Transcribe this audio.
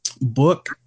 book